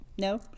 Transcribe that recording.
no